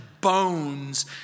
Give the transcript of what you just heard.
bones